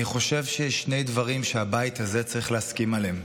אני חושב שיש שני דברים שהבית הזה צריך להסכים עליהם: